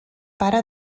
pare